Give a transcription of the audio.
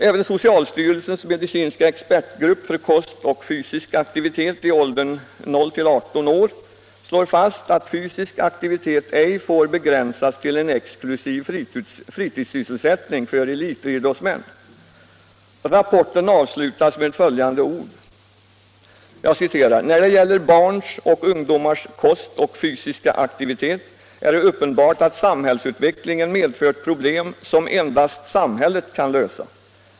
Även socialstyrelsens medicinska expertgrupp för kost och fysisk aktivitet i åldern 0-18 år slår fast att fysisk aktivitet ej får begränsas till en exklusiv fritidssysselsättning för elitidrottsmän. Rapporten avslutas med följande ord: ”När det gäller barns och ungdomars kost och fysiska aktivitet är det uppenbart att samhällsutvecklingen medfört problem som endast samhället kan lösa.